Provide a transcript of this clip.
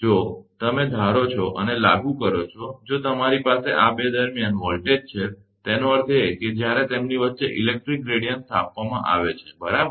જો તમે ધારો છો અને લાગુ કરો છો જો તમારી પાસે આ 2 દરમ્યાન વોલ્ટેજ છે તેનો અર્થ એ કે જ્યારે તેમની વચ્ચે ઇલેક્ટ્રિક ગ્રેડીયંટ સ્થાપવામાં આવે છે બરાબર